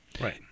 right